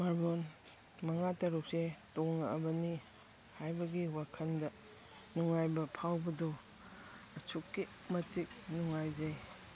ꯃꯥꯔꯕꯣꯜ ꯃꯉꯥ ꯇꯔꯨꯛꯁꯦ ꯇꯣꯡꯉꯛꯑꯕꯅꯤ ꯍꯥꯏꯕꯒꯤ ꯋꯥꯈꯜꯗ ꯅꯨꯡꯉꯥꯏꯕ ꯐꯥꯎꯕꯗꯣ ꯑꯁꯨꯛꯀꯤ ꯃꯇꯤꯛ ꯅꯨꯡꯉꯥꯏꯖꯩ